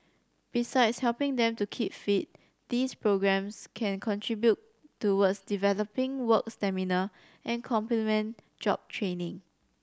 besides helping them to keep fit these programmes can contribute towards developing work stamina and complement job training